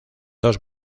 dos